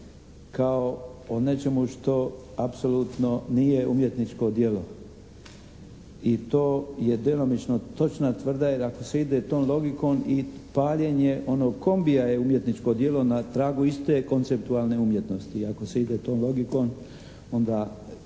kao po nečemu što apsolutno nije umjetničko djelo. I to je djelomično točna tvrdnja jer ako se ide tom logikom i paljenje onog kombija je umjetničko djelo na tragu iste konceptualne umjetnosti. I ako se ide tom logikom onda